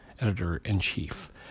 editor-in-chief